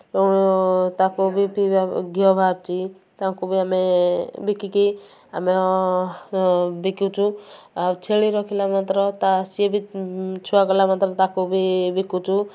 ତାକୁ ବି ପିଇବା ଘିଅ ବାହାରୁଛି ତାଙ୍କୁ ବି ଆମେ ବିକିକି ଆମେ ବିକୁଛୁ ଆଉ ଛେଳି ରଖିଲେ ମାତ୍ର ସିଏ ବି ଛୁଆ କଲା ମାତ୍ର ତାକୁ ବି ବିକୁଛୁ